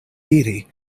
diri